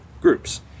groups